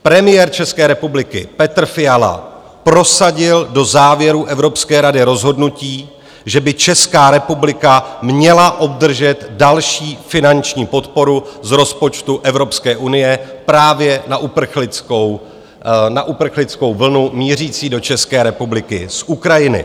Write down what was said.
Premiér České republiky Petr Fiala prosadil do závěrů Evropské rady rozhodnutí, že by Česká republika měla obdržet další finanční podporu z rozpočtu Evropské unie právě na uprchlickou vlnu mířící do České republiky z Ukrajiny.